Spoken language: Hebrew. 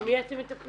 גם -- במי אתם מטפלים?